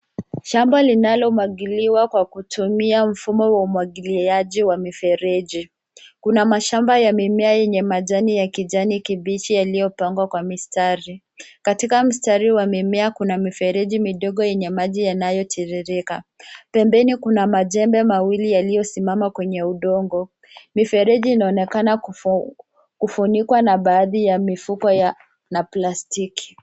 Shamba linalomwagiliwa kwa kutumia mfumo wa umwagiliaji wa mifereji, kuna mashamba ya mimea yenye majani ya kijani kibichi yaliyopangwa kwa mistari katika mstari huu wa mimea kuna mifereji midogo yenye maji yanayotiririka, pembeni kuna majembe mawili yaliyosimama kwenye udongo mifereji inaonekana kufunikwa na baadhi ya mifuko ya na plastiki.